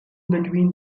between